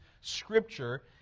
scripture